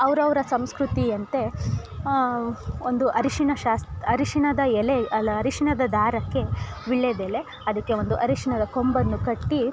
ಅವರವ್ರ ಸಂಸ್ಕೃತಿಯಂತೆ ಒಂದು ಅರಿಶಿಣ ಶಾಸ್ ಅರಿಶಿಣದ ಎಲೆ ಅಲ್ಲ ಅರಿಶಿಣದ ದಾರಕ್ಕೆ ವಿಳ್ಯೆದೆಲೆ ಅದಕ್ಕೆ ಒಂದು ಅರಿಶಿಣದ ಕೊಂಬನ್ನು ಕಟ್ಟಿ